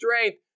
strength